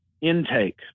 intake